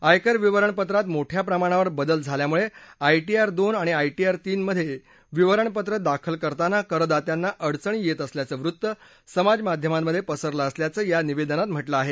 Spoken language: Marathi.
आयकर विवरणपत्रात मोठ्या प्रमाणावर बदल झाल्यामुळे आयटीआर दोन आणि आयटीआर तीन मध्ये विवरणपत्र दाखल करताना करदात्यांना अडचणी येत असल्याचं वृत्त समाजमाध्यमांमध्ये पसरलं असल्याचं या निवेदनात म्हटलं आहे